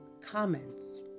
comments